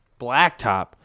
Blacktop